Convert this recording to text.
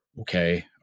okay